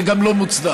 זה גם לא מוצדק.